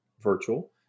virtual